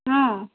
অঁ